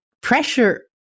pressure